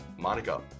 Monica